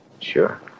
Sure